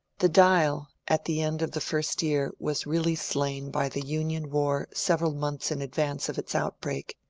the dial at the end of the first year was really slain by the union war several months in advance of its outbreak.